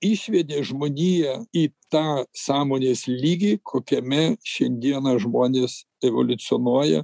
išvedė žmoniją į tą sąmonės lygį kokiame šiandieną žmonės evoliucionuoja